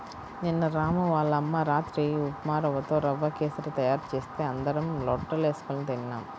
నిన్న రాము వాళ్ళ అమ్మ రాత్రి ఉప్మారవ్వతో రవ్వ కేశరి తయారు చేస్తే అందరం లొట్టలేస్కొని తిన్నాం